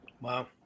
Wow